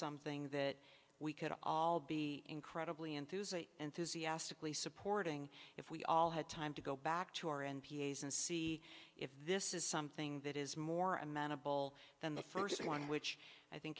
something that we could all be incredibly enthuse an enthusiastic lee supporting if we all had time to go back to our m p s and see if this is something that is more amenable than the first one which i think